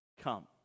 come